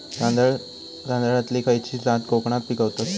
तांदलतली खयची जात कोकणात पिकवतत?